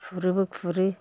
खुरोबो खुरो